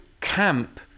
Camp